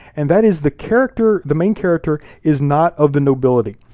and that is the character, the main character, is not of the nobility.